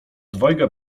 dwojga